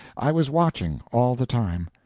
i was watching, all the time.